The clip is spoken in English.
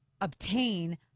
obtain